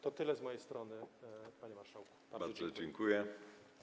To tyle z mojej strony, panie marszałku, bardzo dziękuję.